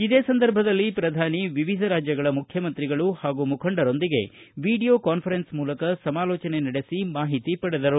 ಇದೇ ಸಂದರ್ಭದಲ್ಲಿ ಪ್ರಧಾನಿ ವಿವಿಧ ರಾಜ್ಯಗಳ ಮುಖ್ಯಮಂತ್ರಿಗಳು ಪಾಗೂ ಮುಖಂಡರೊಂದಿಗೆ ವಿಡಿಯೋ ಕಾನ್ವರೆನ್ಸ್ ಮೂಲಕ ಸಮಾಲೋಚನೆ ನಡೆಸಿ ಮಾಹಿತಿ ಪಡೆದರು